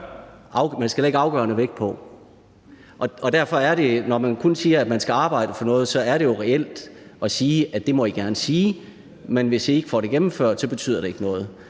til at lægge afgørende vægt på det. Derfor er det jo, når man kun siger, at man skal arbejde for noget, reelt det samme som at sige, at det må I gerne sige, men hvis ikke I får det gennemført, betyder det ikke noget;